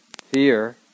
fear